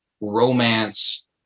romance